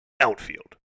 outfield